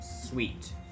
sweet